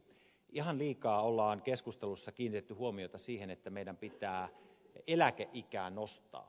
ihan liikaa on keskustelussa kiinnitetty huomiota siihen että meidän pitää eläkeikää nostaa